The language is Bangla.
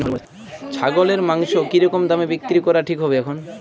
ছাগলের মাংস কী রকম দামে বিক্রি করা ঠিক হবে এখন?